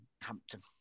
Hampton